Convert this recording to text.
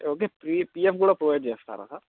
okay P PF కూడా provide చేస్తారా sir